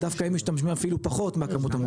ודווקא הם משתמשים אפילו פחות מהכמות,